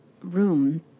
room